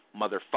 motherfucker